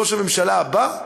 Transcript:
ראש הממשלה הבא?